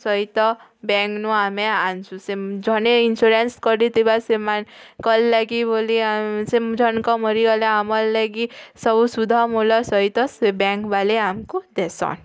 ସହିତ ବ୍ୟାଙ୍କନୁ ଆମେ ଆଣସୁ ଜଣେ ଇନସୁରାନ୍ସ୍ କରିଥିବା କଲଲାକି ବୋଲି ସେ ଜଣଙ୍କ ମାରିଗଲେ ଆମର୍ ଲାଗି ସବୁ ଶୁଦ୍ଧ ମୂଲ ସହିତ ସେ ବ୍ୟାଙ୍କ୍ ବାଲେ ଆମକୁ ଦେସନ୍